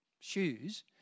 shoes